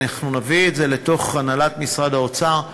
אנחנו נביא את זה להנהלת משרד האוצר.